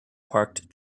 parked